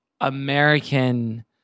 American